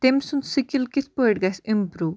تٔمۍ سُنٛد سِکِل کِتھ پٲٹھۍ گژھِ اِمپروٗ